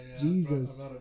Jesus